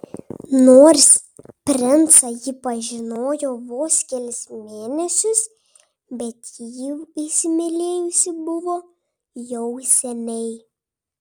nors princą ji pažinojo vos kelis mėnesius bet jį įsimylėjusi buvo jau seniai